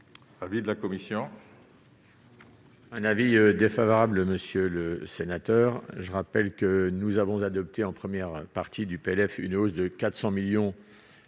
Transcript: Avis de la commission. Un avis défavorable, monsieur le sénateur, je rappelle que nous avons adopté, en première partie du PLF, une hausse de 400 millions d'euros